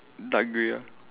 dark grey ah